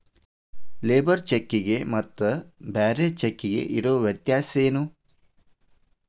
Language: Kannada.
ಲೇಬರ್ ಚೆಕ್ಕಿಗೆ ಮತ್ತ್ ಬ್ಯಾರೆ ಚೆಕ್ಕಿಗೆ ಇರೊ ವ್ಯತ್ಯಾಸೇನು?